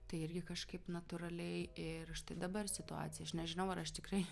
tai irgi kažkaip natūraliai ir štai dabar situacija aš nežinau ar aš tikrai